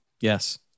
Yes